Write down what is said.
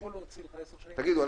תגידו,